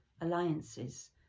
alliances